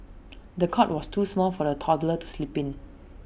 the cot was too small for the toddler to sleep in